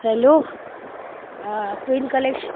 hello queen collection